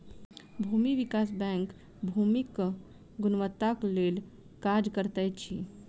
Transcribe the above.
भूमि विकास बैंक भूमिक गुणवत्ताक लेल काज करैत अछि